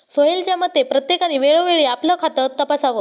सोहेलच्या मते, प्रत्येकाने वेळोवेळी आपलं खातं तपासावं